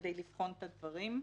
כדי לבחון את הדברים.